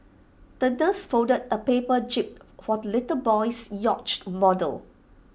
the nurse folded A paper jib for the little boy's yacht model